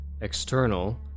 external